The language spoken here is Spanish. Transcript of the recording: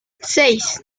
seis